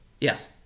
Yes